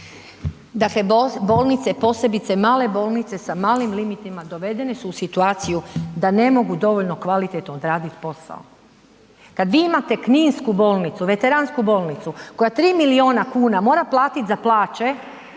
Dakle, bolnice, posebice male bolnice, sa malim limitima dovedene su u situaciju da ne mogu dovoljno kvalitetno odradit posao. Kad vi imate kninsku bolnicu, veteransku bolnicu, koja 3 milijuna kuna mora platit za plaće,